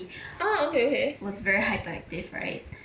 ah okay okay